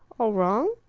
all wrong?